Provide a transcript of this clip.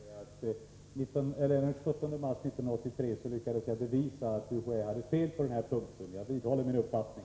Herr talman! Jag vill bara till Lars Svensson säga att jag den 17 mars 1983 lyckades bevisa att UHÄ har fel på denna punkt. Jag vidhåller min uppfattning.